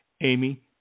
Amy